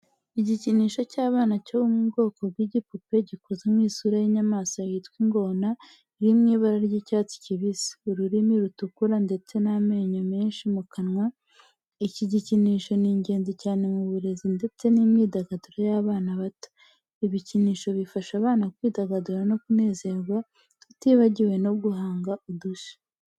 Igikinisho cy’abana cyo mu bwoko bw'ibipupe gikoze mu isura y'inyamaswa yitwa ingona iri mu ibara ry'icyatsi kibisi, ururimi rutukura ndetse n'amenyo menshi mu kanwa. Iki gikinisho ni ingenzi cyane mu burezi ndetse n’imyidagaduro y’abana bato. Ibikinisho bifasha abana kwidagadura no kunezerwa tutibagiwe no guhanga udushya.